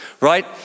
right